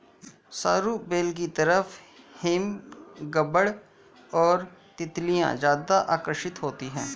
सरू बेल की तरफ हमिंगबर्ड और तितलियां ज्यादा आकर्षित होती हैं